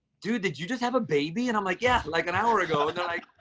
dude, did you just have a baby? and i'm like, yeah, like an hour ago. and like,